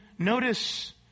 Notice